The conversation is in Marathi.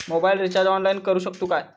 मोबाईल रिचार्ज ऑनलाइन करुक शकतू काय?